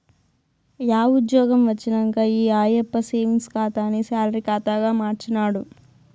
yeah ఉజ్జ్యోగం వచ్చినంక ఈ ఆయప్ప సేవింగ్స్ ఖాతాని సాలరీ కాతాగా మార్చినాడు